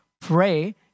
pray